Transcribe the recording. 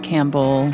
Campbell